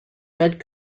red